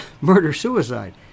murder-suicide